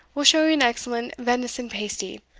will show you an excellent venison pasty,